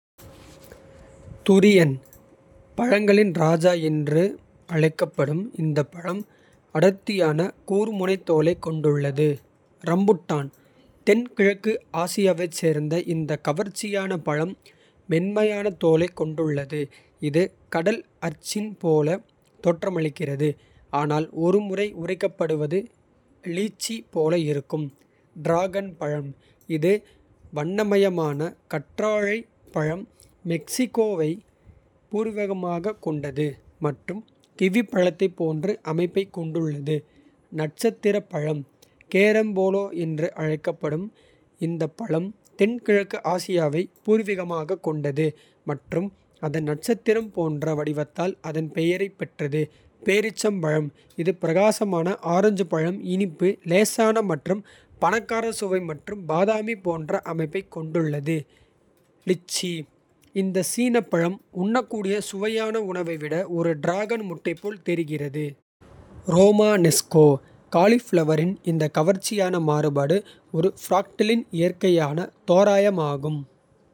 துரியன் பழங்களின் ராஜா என்றும் அழைக்கப்படும். இந்த பழம் அடர்த்தியான கூர்முனை தோலைக். கொண்டுள்ளது ரம்புட்டான் தென்கிழக்கு ஆசியாவைச். சேர்ந்த இந்த கவர்ச்சியான பழம் மென்மையான. தோலைக் கொண்டுள்ளது இது கடல் அர்ச்சின். போல தோற்றமளிக்கிறது ஆனால் ஒரு முறை. உரிக்கப்படுவது லிச்சி போல இருக்கும் டிராகன் பழம். இந்த வண்ணமயமான கற்றாழை பழம் மெக்சிகோவை. பூர்வீகமாகக் கொண்டது மற்றும் கிவிப்பழத்தைப் போன்ற. அமைப்பைக் கொண்டுள்ளது நட்சத்திரப்பழம். கேரம்போலா என்றும் அழைக்கப்படும் இந்த பழம். தென்கிழக்கு ஆசியாவை பூர்வீகமாகக் கொண்டது. மற்றும் அதன் நட்சத்திரம் போன்ற வடிவத்தால். அதன் பெயரைப் பெற்றது பேரிச்சம் பழம். இந்த பிரகாசமான ஆரஞ்சு பழம் இனிப்பு. லேசான மற்றும் பணக்கார சுவை மற்றும் பாதாமி. போன்ற அமைப்பைக் கொண்டுள்ளது லிச்சி. இந்த சீனப் பழம் உண்ணக்கூடிய சுவையான. உணவை விட ஒரு டிராகன் முட்டை போல் தெரிகிறது. ரோமானெஸ்கோ காலிஃபிளவரின் இந்த கவர்ச்சியான. மாறுபாடு ஒரு ப்ராக்டலின் இயற்கையான தோராயமாகும்.